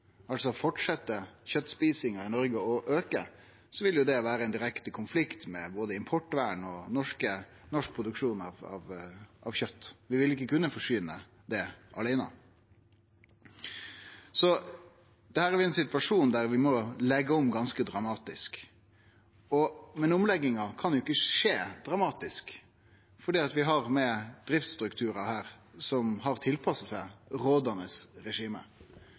altså vi fortset kjøtetinga i Noreg og aukar den. Det vil vere i direkte konflikt med både importvern og norsk produksjon av kjøt. Vi vil ikkje kunne forsyne det åleine. Vi er i ein situasjon der vi må leggje om ganske dramatisk, men omlegginga kan jo ikkje skje dramatisk, for vi har driftsstrukturar her som har tilpassa seg rådande